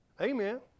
Amen